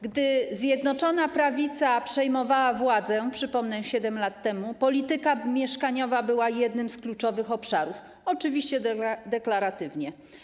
Gdy Zjednoczona Prawica przejmowała władzę, przypomnę, 7 lat temu, polityka mieszkaniowa była jednym z kluczowych obszarów, oczywiście deklaratywnie.